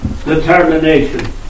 Determination